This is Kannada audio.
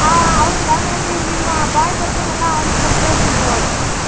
ಆಂ ಹೌದ್ರಾ ಮೇಡಮ್ ಈಗ ನಿಮ್ಮ ಬಾಯ್ ಬರ್ತಾನಲ್ಲ ಅವ್ನಿಗೆ ಕೊಟ್ ಕಳ್ಸ್ತೀನಿ ತೊಗೋಳ್ರಿ